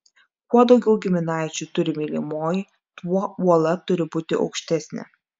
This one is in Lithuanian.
kuo daugiau giminaičių turi mylimoji tuo uola turi būti aukštesnė